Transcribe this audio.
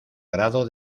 grado